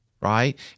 right